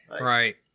Right